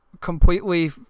completely